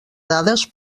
dades